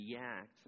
react